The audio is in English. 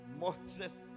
Moses